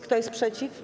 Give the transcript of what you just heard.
Kto jest przeciw?